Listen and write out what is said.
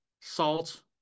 salt